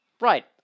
Right